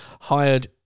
hired